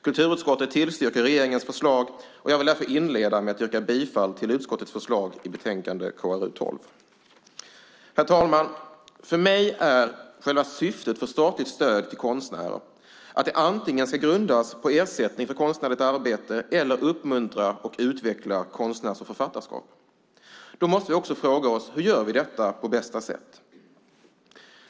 Kulturutskottet tillstyrker regeringens förslag. Jag vill därför inleda med att yrka bifall till utskottets förslag i betänkande KrU12. Herr talman! För mig är själva syftet med statligt stöd till konstnärer att det antingen ska grundas på ersättning för konstnärligt arbete eller uppmuntra och utveckla konstnärs och författarskap. Då måste vi också fråga oss: Hur gör vi detta på bästa sätt?